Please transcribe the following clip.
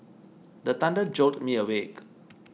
the thunder jolt me awake